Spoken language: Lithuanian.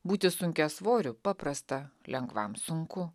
būti sunkiasvoriu paprasta lengvam sunku